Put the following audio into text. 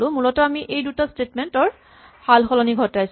মূলতঃ আমি এই দুটা স্টেটমেন্ট ৰ সালসলনি ঘটাইছো